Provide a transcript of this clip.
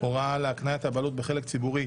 הוראה להקניית הבעלות בחלק ציבורי),